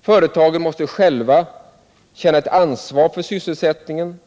Företagen måste själva känna ett ansvar för sysselsättningen